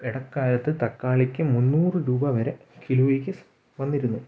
ഇടക്കാലത്ത് തക്കാളിക്ക് മുന്നൂറ് രൂപവരെ കിലോയ്ക്ക് വന്നിരുന്നു